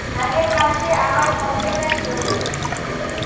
আগের মাসে আমার কত টাকা ছিল?